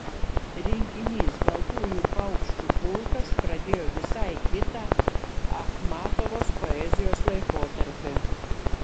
rinkinys baltųjų paukščių pulkas pradėjo visai kitą achmatovos poezijos laikotarpį